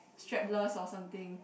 strapless or something